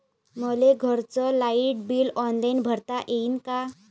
मले घरचं light bill online भरता येईन का?